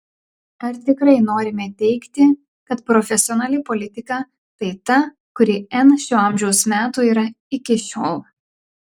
ar tikrai norime teigti kad profesionali politika tai ta kuri n šio amžiaus metų yra iki šiol